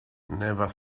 never